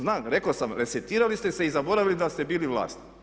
Znam, rekao sam resetirali ste se i zaboravili da ste bili vlast.